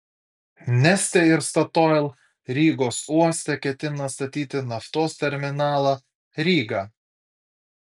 neste ir statoil rygos uoste ketina statyti naftos terminalą ryga